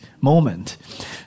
moment